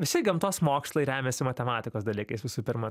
visi gamtos mokslai remiasi matematikos dalykais visų pirma